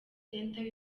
center